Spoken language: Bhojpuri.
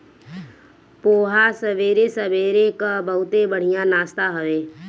पोहा सबेरे सबेरे कअ बहुते बढ़िया नाश्ता हवे